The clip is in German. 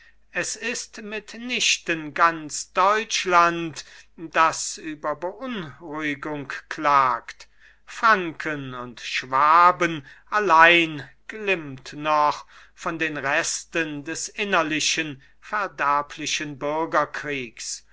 es ist mit nichten ganz deutschland das über beunruhigung klagt franken und schwaben allein glimmt noch von den resten des innerlichen verderblichen bürgerkriegs